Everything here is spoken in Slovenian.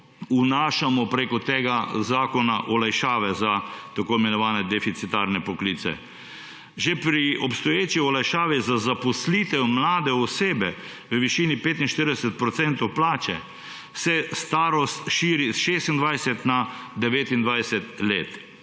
vnašamo prek tega zakona olajšave za tako imenovane deficitarne poklice? Že pri obstoječi olajšavi za zaposlitev mlade osebe v višini 45 % plače se starost širi s 26 na 29 let